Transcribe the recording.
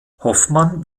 hoffmann